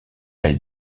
elle